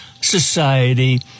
society